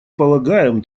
полагаем